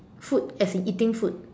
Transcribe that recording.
food as in eating food